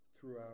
throughout